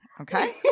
Okay